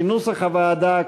כנוסח הוועדה,